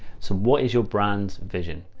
so, what is your brand's vision?